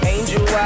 Angel